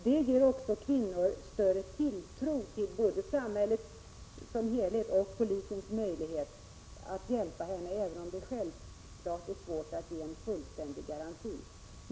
Det skulle också ge kvinnor större tilltro till hela samhällets möjligheter och till polisens möjligheter att lämna hjälp — även om det självfallet är svårt att ge en fullständig garanti.